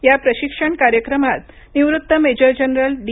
या प्रशिक्षण कार्यक्रमात निवृत्त मेजर जनरल डी